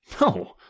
No